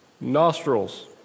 Nostrils